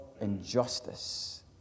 injustice